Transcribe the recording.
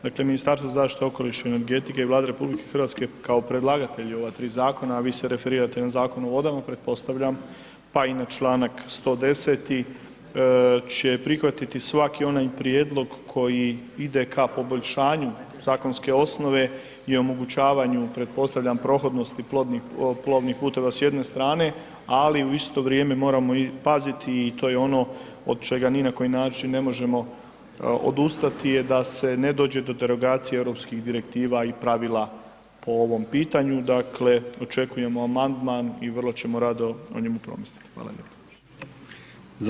Dakle, Ministarstvo zaštite okoliša i energetike i Vlade Rh predlagatelji ova 3 zakona a vi se referirate na Zakon o vodama, pretpostavljam pa i na članak 110. će prihvatiti svaki onaj prijedlog koji ide ka poboljšanju zakonske osnove i omogućavanju pretpostavljam prohodnosti plovnih puteva s jedne strane ali u isto vrijeme moramo i paziti i to je ono od čega ni na koji način ne može odustati je da se ne dođe do derogacije europskih direktiva i pravila po ovom pitanju, dakle očekujemo amandman i vrlo ćemo rado o njemu promisliti, hvala lijepo.